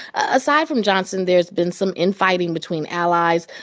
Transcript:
aside from johnson, there's been some infighting between allies.